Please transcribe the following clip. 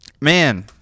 man